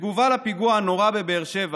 בתגובה על הפיגוע הנורא בבאר שבע